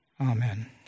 Amen